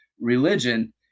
religion